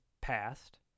passed